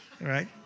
right